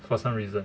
for some reason